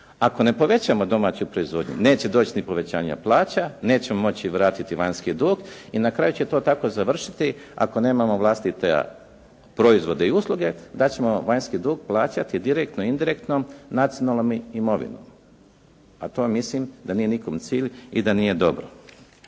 Ako ne povećamo domaću proizvodnju neće doći ni povećanje plaća, nećemo moći vratiti vanjski dug i na kraju će to tako završiti ako nemam vlastite proizvode i usluge da ćemo vanjski dug plaćati direktno i indirektno nacionalnom imovinom, a to mislim da nije nikom cilj i da nije dobro.